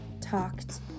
talked